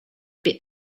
bit